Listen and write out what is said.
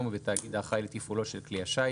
או בתאגיד האחראי לתפעולו של כלי השיט,